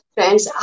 Friends